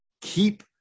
keep